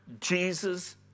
Jesus